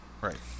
Right